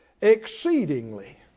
exceedingly